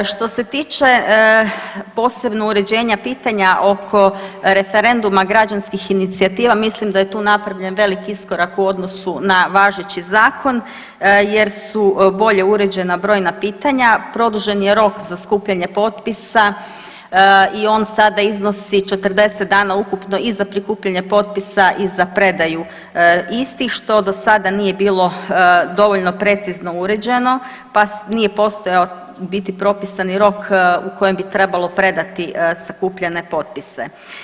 Što se tiče posebno uređenja pitanja oko referenduma građanskih inicijativa mislim da je tu napravljen velik iskorak u odnosu na važeći zakon jer su bolje uređena brojna pitanja, produžen je rok za skupljanje potpisa i on sada iznosi 40 dana ukupno i za prikupljanje potpisa i za predaju istih, što do sada nije bilo dovoljno precizno uređeno, pa nije postojao u biti propisani rok u kojem bi trebalo predati sakupljene potpise.